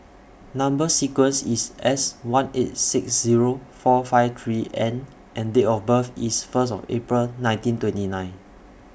Number sequence IS S one eight six Zero four five three N and Date of birth IS First of April nineteen twenty nine